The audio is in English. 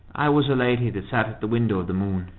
i was the lady that sat at the window of the moon.